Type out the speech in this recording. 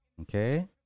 Okay